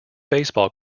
baseball